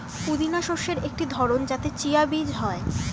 পুদিনা শস্যের একটি ধরন যাতে চিয়া বীজ হয়